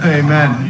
amen